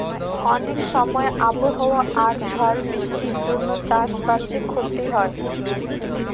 অনেক সময় আবহাওয়া আর ঝড় বৃষ্টির জন্য চাষ বাসে ক্ষতি হয়